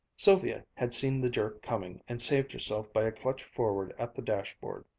sylvia had seen the jerk coming and saved herself by a clutch forward at the dashboard.